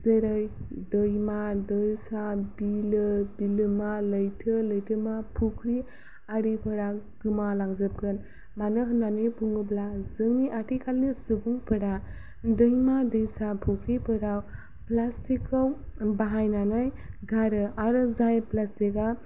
जेरै दैमा दैसा बिलो बिलोमा लैथो लैथोमा फुख्रि आरोफोरा गोमा लांजोबगोन मानो होननानै बुङोब्ला जोंनि आथिखालनि सुबुंफोरा दैमा दैसा फुख्रिफोराव प्लास्टिकखौ बाहायनानै गारो आरो जाय प्लास्टिकआ